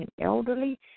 elderly